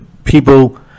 People